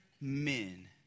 men